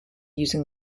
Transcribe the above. using